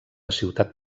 ciutat